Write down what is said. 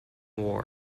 war